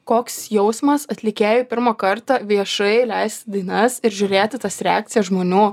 koks jausmas atlikėjui pirmą kartą viešai leisti dainas ir žiūrėti tas reakcijas žmonių